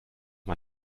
man